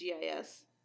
GIS